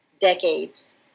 decades